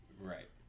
right